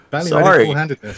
Sorry